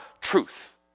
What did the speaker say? truth